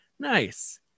Nice